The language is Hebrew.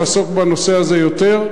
לעסוק בנושא הזה יותר,